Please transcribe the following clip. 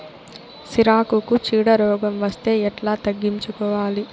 సిరాకుకు చీడ రోగం వస్తే ఎట్లా తగ్గించుకోవాలి?